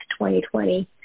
2020